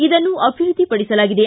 ಇದನ್ನು ಅಭಿವೃದ್ಧಿಪಡಿಸಲಾಗಿದೆ